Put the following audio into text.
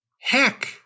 heck